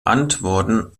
antworten